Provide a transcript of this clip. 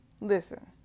Listen